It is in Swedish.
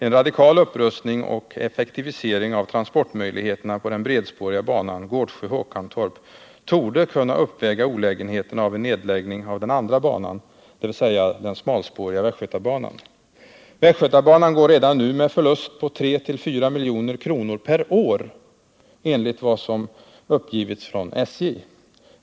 En radikal upprustning och effektivisering av transportmöjligheterna på den bredspåriga banan Gårdsjö-Håkantorp torde kunna uppväga olägenheterna av en nedläggning av den andra banan, dvs. den smalspåriga västgötabanan. Västgötabanan går redan nu med förlust på 3—4 milj.kr. per år, enligt vad som uppgivits från SJ.